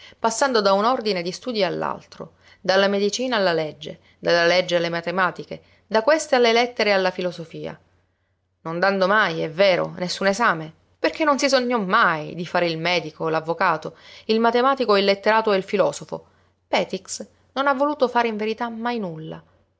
passando da un ordine di studii all'altro dalla medicina alla legge dalla legge alle matematiche da queste alle lettere e alla filosofia non dando mai è vero nessun esame perché non si sognò mai di fare il medico o l'avvocato il matematico o il letterato o il filosofo petix non ha voluto fare in verità mai nulla